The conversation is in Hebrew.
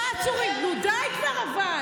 אל תפריע לי לדבר.